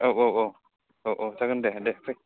औ औ औ औ औ जागोन दे दे फै